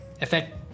effect